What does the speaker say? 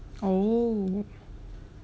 oh